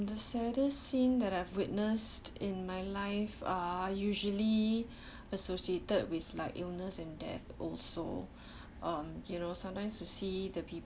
the saddest scene that I've witnessed in my life are usually associated with like illness and death also um you know sometimes to see the